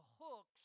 hooks